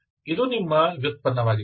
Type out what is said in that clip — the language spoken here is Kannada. ಇದು ನಿಮ್ಮ ಉತ್ಪನ್ನವಾಗಿದೆ